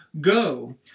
Go